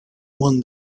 won